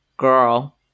girl